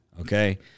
Okay